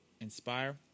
inspire